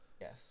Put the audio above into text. Yes